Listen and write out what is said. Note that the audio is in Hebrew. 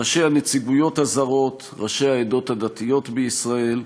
ראשי הנציגויות הזרות, ראשי העדות הדתיות בישראל,